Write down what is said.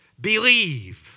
believe